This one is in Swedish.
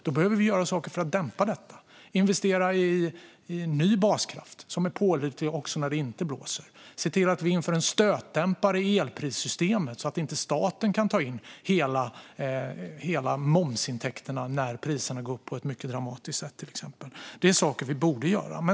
Vi behöver göra saker för att dämpa detta, till exempel investera i ny baskraft som är pålitlig också när det inte blåser och införa en stötdämpare i elprissystemet så att inte staten kan ta in hela momsintäkterna när priser går upp på ett mycket dramatiskt sätt. Det är saker vi borde göra.